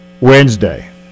Wednesday